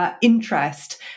interest